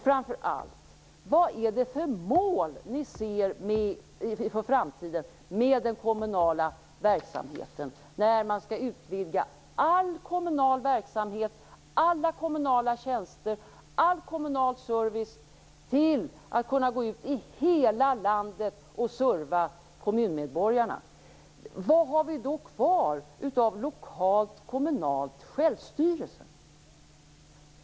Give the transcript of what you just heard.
Framför allt: Vad har ni för mål för framtiden med den kommunala verksamheten när man skall utvidga all kommunal verksamhet, alla kommunala tjänster och all kommunal service till att omfatta service för alla kommunmedborgare i hela landet? Vad finns då kvar av lokal kommunal självstyrelse?